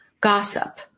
gossip